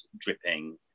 dripping